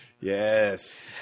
Yes